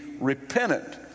repentant